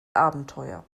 abenteuer